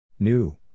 New